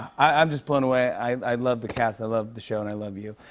i'm just blown away. i i love the cast, i love the show, and i love you.